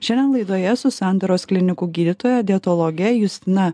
šiandien laidoje su santaros klinikų gydytoja dietologe justina